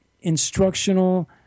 instructional